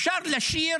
אפשר לשיר